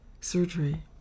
surgery